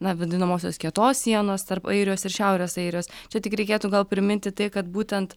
na vadinamosios kietos sienos tarp airijos ir šiaurės airijos čia tik reikėtų gal priminti tai kad būtent